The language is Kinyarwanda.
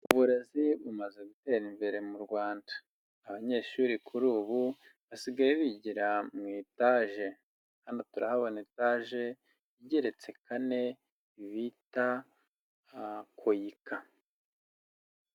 Uburezi bumaze gutera imbere mu Rwanda, abanyeshuri kuri ubu basigaye bigira mu itaje, hano turahabona itaje igeretse kane, bita koyika.